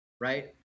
Right